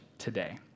today